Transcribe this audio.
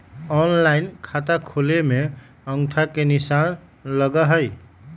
Online खाता खोले में अंगूठा के निशान लगहई?